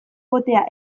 potea